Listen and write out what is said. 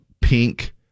pink